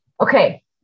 Okay